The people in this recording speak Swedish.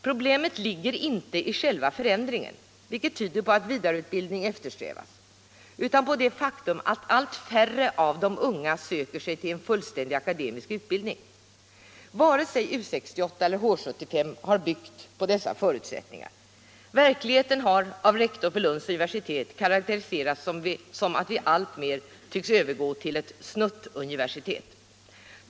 Problemet ligger inte i själva förändringen, vilken tyder på att vidareutbildning eftersträvas, utan på det faktum att allt färre av de unga söker sig en fullständig akademisk utbildning. Varken U 68 eller H 75 har byggt på dessa förutsättningar. Verkligheten har av rektor för Lunds universitet karakteriserats som att vi allt mer tycks övergå till ett ”snuttuniversitet”.